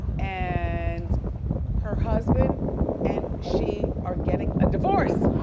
and her husband and she are getting a divorce.